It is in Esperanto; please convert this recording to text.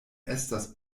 estas